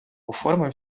оформив